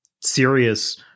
serious